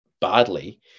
badly